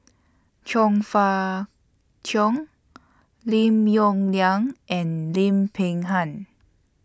Chong Fah Cheong Lim Yong Liang and Lim Peng Han